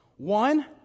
One